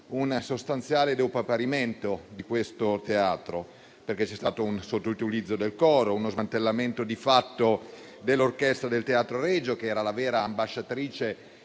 un sostanziale depauperamento di questo teatro, perché c'è stato un sottoutilizzo del coro e di fatto uno smantellamento dell'orchestra del Teatro Regio, che era la vera ambasciatrice